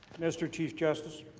mr. chief justice